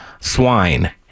swine